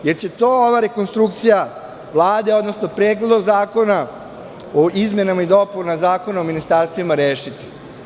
Hoće li to ova rekonstrukcija Vlade, odnosno Predlog zakona o izmenama i dopunama Zakona o ministarstvima rešiti?